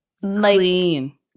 clean